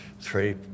three